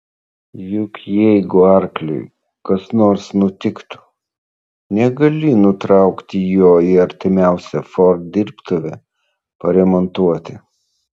juk jeigu arkliui kas nors nutiktų negali nutraukti jo į artimiausią ford dirbtuvę paremontuoti